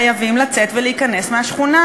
חייבים לצאת ולהיכנס מהשכונה,